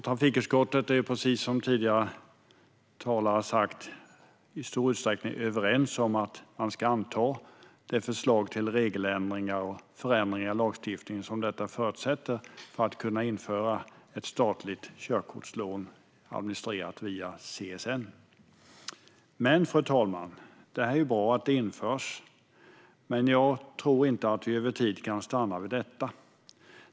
Trafikutskottet är, precis som tidigare talare har sagt, i stor utsträckning överens om att anta det förslag till regeländringar och förändringar i lagstiftning som är en förutsättning för att införa ett statligt körkortslån, administrerat via CSN. Det är bra att detta införs, fru talman, men jag tror inte att vi över tid kan stanna vid detta.